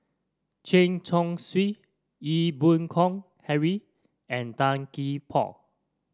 Chen Chong Swee Ee Boon Kong Henry and Tan Gee Paw